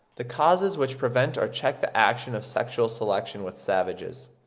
the causes which prevent or check the action of sexual selection with savages.